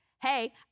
Hey